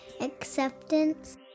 acceptance